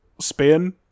spin